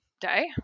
Day